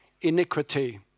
iniquity